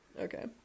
Okay